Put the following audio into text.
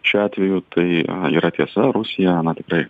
šiuo atveju tai yra tiesa rusija na tikrai